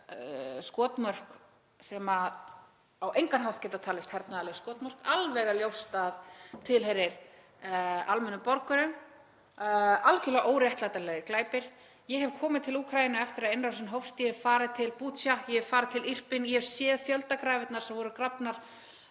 skotmörk sem á engan hátt geta talist hernaðarleg skotmörk, sem er alveg ljóst að tilheyra almennum borgurum, algerlega óréttlætanlegir glæpir. Ég hef komið til Úkraínu eftir að innrásin hófst. Ég hef farið til Bucha, ég hef farið til Irpin, ég hef séð fjöldagrafirnar sem voru grafnar.